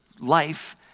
life